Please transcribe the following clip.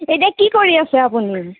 এতিয়া কি কৰি আছে আপুনি